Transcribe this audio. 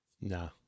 No